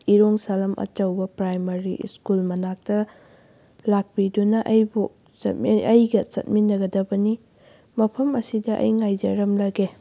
ꯏꯔꯣꯡ ꯁꯔꯝ ꯑꯆꯧꯕ primary school ꯃꯅꯥꯛꯇ ꯂꯥꯛꯄꯤꯗꯨꯅ ꯑꯩꯕꯨ ꯑꯩꯒ ꯆꯠꯃꯤꯟꯅꯒꯗꯕꯅꯤ ꯃꯐꯝ ꯑꯁꯤꯗ ꯑꯩ ꯉꯥꯏꯖꯔꯝꯂꯒꯦ